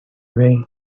way